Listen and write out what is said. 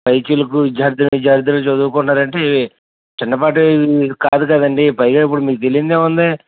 పైకీలకు విద్యా ర్థి విద్యార్ధినీలు చదువుకుంటున్నారు అంటే చిన్నపాటి కాదు కదండి పైగా ఇప్పుడు మీకు తేలింది ఏముంది